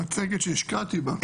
המצגת שהשקעתי בה.